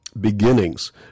beginnings